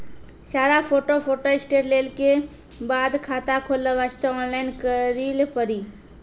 सारा photo photostat लेल के बाद खाता खोले वास्ते ऑनलाइन करिल पड़ी?